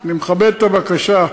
אני מכבד את הבקשה.